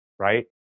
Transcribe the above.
Right